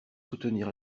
soutenir